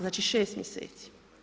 Znači 6 mjeseci.